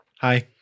Hi